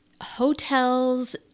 hotels